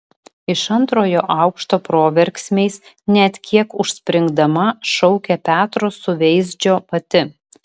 iš antrojo aukšto proverksmiais net kiek užspringdama šaukė petro suveizdžio pati